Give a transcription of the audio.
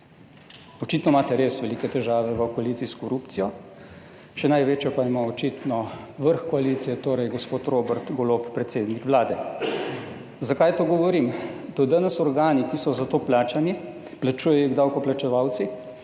Očitno imate res velike težave v koaliciji s korupcijo, še največjo pa ima očitno vrh koalicije, torej gospod Robert Golob, predsednik Vlade. Zakaj to govorim? Do danes organi, ki so za to plačani, plačujejo jih davkoplačevalci,